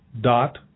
dot